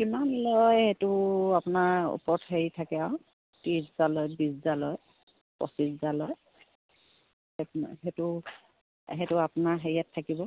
কিমান লয় সেইটো আপোনাৰ ওপৰত হেৰি থাকে আৰু ত্ৰিছ হাজাৰ লয় বিশ হাজাৰ লয় পঁচিছ হাজাৰ লয় সেইটো সেইটো আপোনাৰ হেৰিয়াত থাকিব